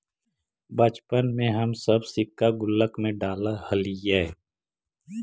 बचपन में हम सब सिक्का गुल्लक में डालऽ हलीअइ